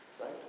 Right